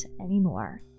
anymore